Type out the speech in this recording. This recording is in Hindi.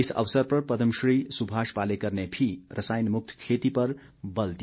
इस अवसर पर पदमश्री सुमाष पालेकर ने भी रसायन मुक्त खेती पर बल दिया